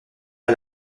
est